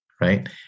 right